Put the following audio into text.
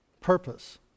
purpose